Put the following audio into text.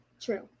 true